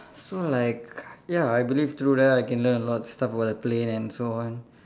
so like ya I believe through that I can learn a lot of stuff about the plane and so on